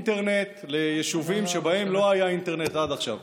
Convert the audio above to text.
אינטרנט ליישובים שבהם לא היה אינטרנט עד עכשיו,